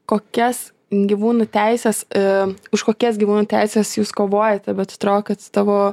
kokias gyvūnų teises ir už kokias gyvūnų teises jūs kovojate bet atro kad tavo